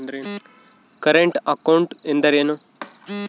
Current account ಅಂದರೇನು?